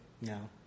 No